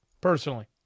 personally